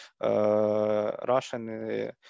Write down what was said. Russian